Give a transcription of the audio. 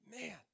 Man